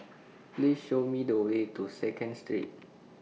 Please Show Me The Way to Second Street